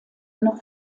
noch